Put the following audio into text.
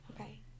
Okay